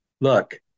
Look